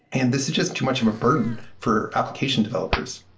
and this is just too much of a burden for application developers.